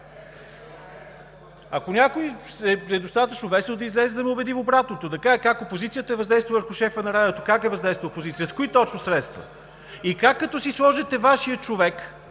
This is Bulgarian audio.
Ако някой е достатъчно весел, да излезе да ме убеди в обратното. Да каже как опозицията е въздействала върху шефа на радиото, как е въздействала опозицията, с кои точно средства? И как, като си сложите Вашия човек,